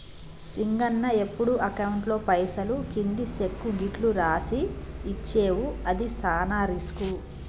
సింగన్న ఎప్పుడు అకౌంట్లో పైసలు కింది సెక్కు గిట్లు రాసి ఇచ్చేవు అది సాన రిస్కు